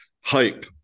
hype